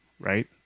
right